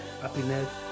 happiness